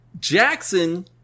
Jackson